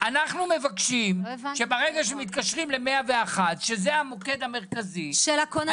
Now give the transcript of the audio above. אנחנו מבקשים שברגע שמתקשרים ל-101 שזה המוקד המרכזי -- של הכוננים,